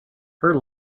her